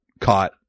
caught